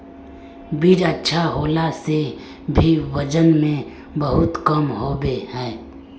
बीज अच्छा होला से भी वजन में बहुत कम होबे है?